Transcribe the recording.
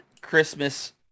Christmas